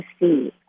see